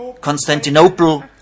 Constantinople